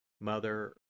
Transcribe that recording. Mother